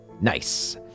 Nice